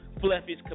Fluffy's